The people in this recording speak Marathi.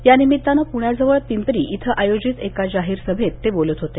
त्यानिमित्तानं प्ण्याजवळ पिंपरी इथं आयोजित एका जाहीर सभेत ते बोलत होते